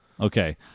Okay